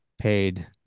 paid